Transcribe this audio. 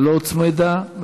שלא הוצמדה.